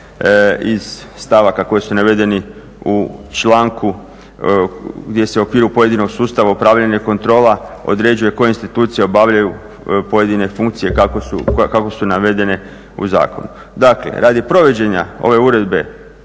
tijela koji su navedeni u članku gdje se u okviru pojedinog sustava upravljanja i kontrola određuje koje institucije obavljaju pojedine funkcije kako su navedene u zakonu. Dakle radi provođenja ove Uredba